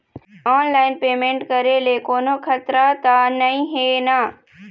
Online payment करे ले कोन्हो खतरा त नई हे न?